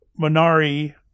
minari